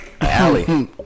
alley